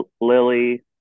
Lily